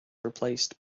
replaced